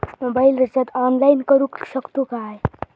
Mobile recharge online करुक शकतू काय?